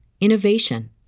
innovation